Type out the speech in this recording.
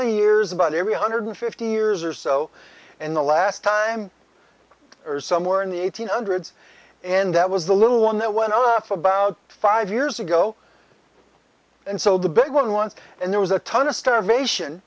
of years about every one hundred fifty years or so in the last time or somewhere in the eighteen hundreds and that was the little one that went off about five years ago and so the big one once and there was a ton of starvation